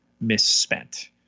misspent